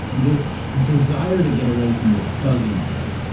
this desire to get away from this fuzziness,